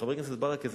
וחבר הכנסת ברכה,